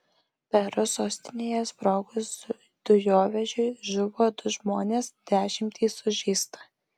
peru sostinėje sprogus dujovežiui žuvo du žmonės dešimtys sužeista